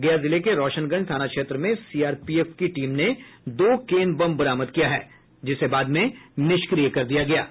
गया जिले के रोशनगंज थाना क्षेत्र में सीआरपीएफ टीम ने दो केन बम बरामद किया है जिसे बाद में निष्क्रिय कर दिया गया है